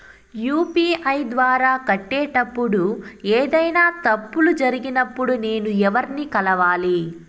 UPI ద్వారా కట్టేటప్పుడు ఏదైనా తప్పులు జరిగినప్పుడు నేను ఎవర్ని కలవాలి?